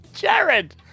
Jared